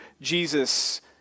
Jesus